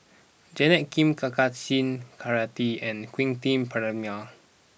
Janet Lim Kartar Singh Thakral and Quentin Pereira